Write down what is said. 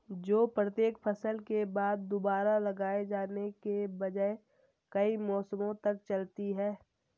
जो प्रत्येक फसल के बाद दोबारा लगाए जाने के बजाय कई मौसमों तक चलती है